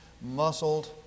muscled